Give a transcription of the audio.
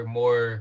more